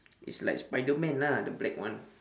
it's like spiderman lah the black one